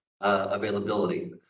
availability